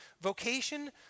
Vocation